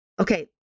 okay